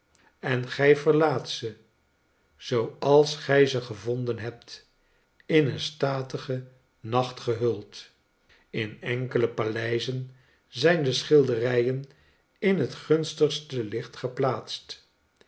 en gij verlaatze zooals gij ze gevonden hebt in een statigen nacht gehuld in enkele paleizen zijn de schilderijen in het gunstigste licht geplaatst